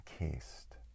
encased